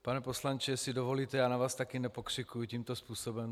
Pane poslanče, jestli dovolíte, já na vás také nepokřikuji tímto způsobem.